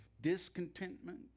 discontentment